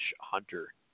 Hunter